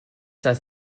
das